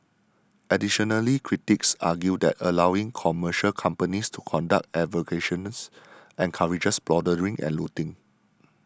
additionally critics argued that allowing commercial companies to conduct excavations encourages plundering and looting